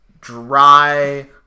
dry